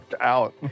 out